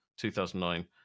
2009